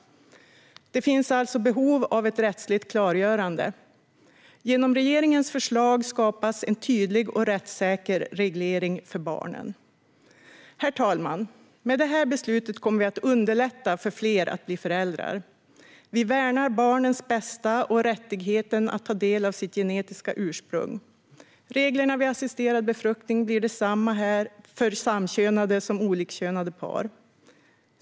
Det finns alltså behov av ett rättsligt klargörande. Genom regeringens förslag skapas en tydlig och rättssäker reglering för barnen. Herr talman! Med det här beslutet kommer vi att underlätta för fler att bli föräldrar. Vi värnar barnens bästa och rättigheten att ta del av sitt genetiska ursprung. Reglerna vid assisterad befruktning blir desamma för samkönade som för olikkönade par.